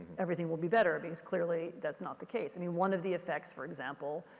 everything will be better because clearly, that's not the case. i mean one of the effects, for example,